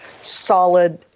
solid